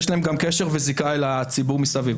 יש להם גם קשר וזיקה אל הציבור מסביב.